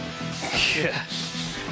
Yes